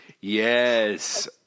Yes